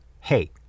hey